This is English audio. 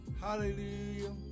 Hallelujah